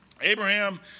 Abraham